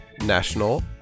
National